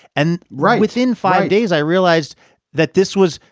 and right within five days, i realized that this was,